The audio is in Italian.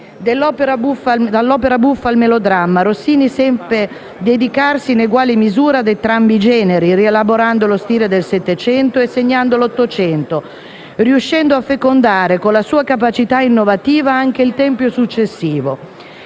Dall'opera buffa al melodramma, Rossini seppe dedicarsi in eguale misura ad entrambi i generi, rielaborando lo stile del Settecento e segnando l'Ottocento, riuscendo a fecondare con la sua capacità innovativa anche il tempo successivo.